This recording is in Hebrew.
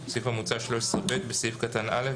הסתייגות מספר 4 בסעיף המוצע 13(ב) בסעיף קטן (א)